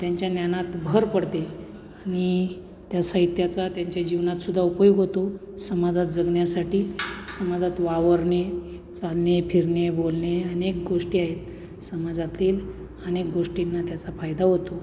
त्यांच्या ज्ञानात भर पडते आणि त्या साहित्याचा त्यांच्या जीवनातसुद्धा उपयोग होतो समाजात जगण्यासाठी समाजात वावरणे चालणे फिरणे बोलणे अनेक गोष्टी आहेत समाजातील अनेक गोष्टींना त्याचा फायदा होतो